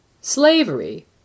Slavery